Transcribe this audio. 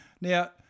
Now